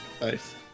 Nice